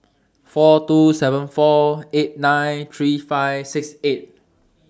four two seven four eight nine three five six eight